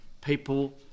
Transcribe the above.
people